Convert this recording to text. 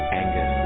anger